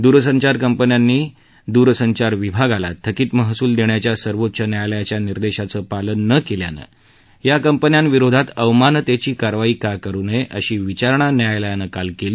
द्रसंचार कंपन्यांनी द्रसंचार विभागाला थकित महसुल देण्याच्या सर्वोच्च न्यायालयाच्या निदेशाचं पालन न केल्यानं या कंपन्यांविरोधात अवमानानतेची कारवाई का करू नये अशी विचारणा न्यायालयानं काल केली